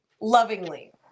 Lovingly